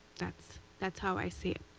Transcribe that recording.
that's that's how i see it.